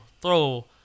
throw